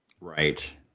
Right